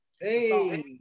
hey